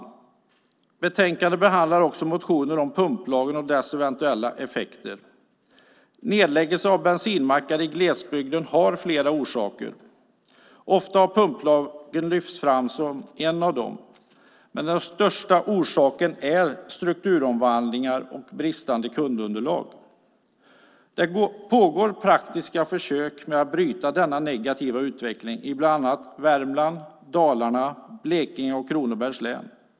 I betänkandet behandlas också motioner om pumplagen och dess eventuella effekter. Nedläggningen av bensinmackar i glesbygden har flera orsaker. Ofta har pumplagen lyfts fram som en av dem. Men den största orsaken är strukturomvandlingar och bristande kundunderlag. Det pågår praktiska försök med att bryta denna negativa utveckling i bland annat Värmland, Dalarna, Blekinge och Kronobergs län.